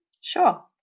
Sure